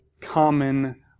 common